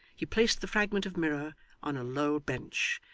he placed the fragment of mirror on a low bench,